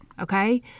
okay